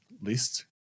list